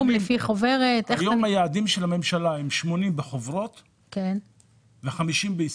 היום היעדים של הממשלה הם 80 בחברות ו-50 בעסקאות.